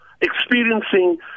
experiencing